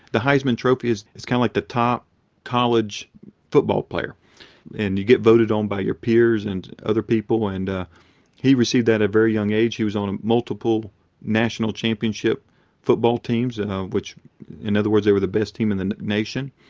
the heisman trophy is is kind of like the top college football player and you get voted on by your peers and other people and he received that at a very young age. he was on multiple national championship football teams and um which in other words they were the best team in the nation.